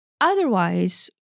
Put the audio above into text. Otherwise